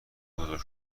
بزرگ